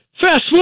Fast